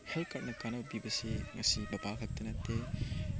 health ꯀꯥꯔꯠꯅ ꯀꯥꯟꯅꯕ ꯄꯤꯕꯁꯤ ꯉꯁꯤ ꯕꯕꯥ ꯈꯛꯇ ꯅꯠꯇꯦ